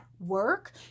work